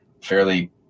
fairly